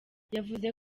yavuze